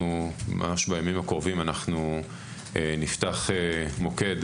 ממש בימים הקרובים אנחנו נפתח מוקד,